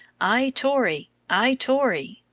i tory! i tory!